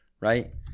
right